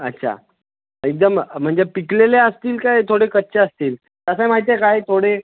अच्छा एकदम म्हणजे पिकलेले असतील काय थोडे कच्चे असतील कसं आहे माहिती आहे काय थोडे